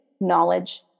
knowledge